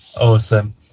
awesome